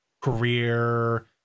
career